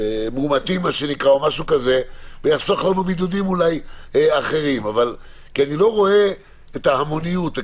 מאומתים וזה יחסוך לנו אולי בידודים אחרים כי אני לא רואה את ההמוניות.